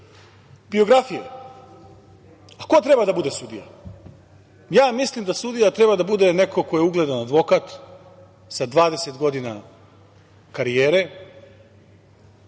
biografije. Ko treba da bude sudija? Ja mislim da sudija treba da bude neko ko je ugledan advokat, sa 20 godina karijere